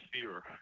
fear